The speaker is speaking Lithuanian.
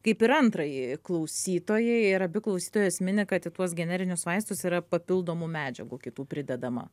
kaip ir antrajai klausytojai ir abi klausytojos mini kad į tuos generinius vaistus yra papildomų medžiagų kitų pridedama